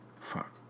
Fuck